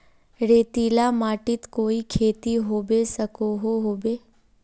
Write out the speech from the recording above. रेतीला माटित कोई खेती होबे सकोहो होबे?